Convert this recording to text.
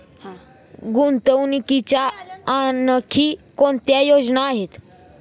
गुंतवणुकीच्या आणखी कोणत्या योजना आहेत?